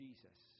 Jesus